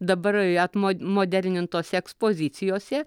dabar atmo modernintose ekspozicijose